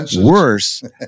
Worse